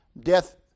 death